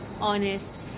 honest